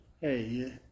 Hey